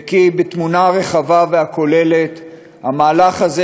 וכי בתמונה הרחבה והכוללת המהלך הזה,